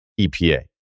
EPA